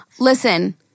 Listen